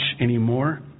anymore